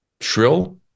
Shrill